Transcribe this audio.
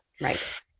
Right